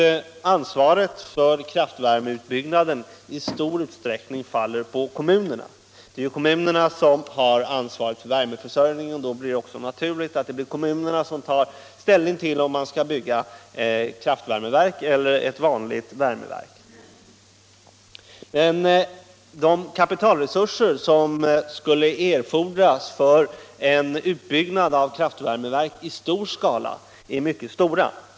Ansvaret för kraftvärmeutbyggnaden faller i stor utsträckning på kommunerna. De har ju ett ansvar för värmeförsörjningen, och då är det också naturligt att de tar ställning till om kraftvärmeverk eller vanliga värmeverk skall byggas. De kapitalresurser som erfordras för en utbyggnad av kraftvärme i stor skala är mycket betydande.